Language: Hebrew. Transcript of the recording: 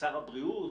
לשר הבריאות?